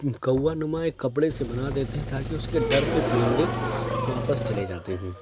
کوا نما ایک کپڑے سے بنا دیتے ہیں تا کہ اس کے ڈر سے پرندے واپس چلے جاتے ہیں